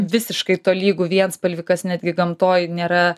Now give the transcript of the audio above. visiškai tolygų vienspalvį kas netgi gamtoj nėra